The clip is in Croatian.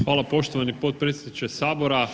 Hvala poštovani potpredsjedniče sabora.